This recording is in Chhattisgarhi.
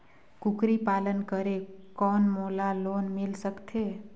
कूकरी पालन करे कौन मोला लोन मिल सकथे?